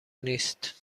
نیست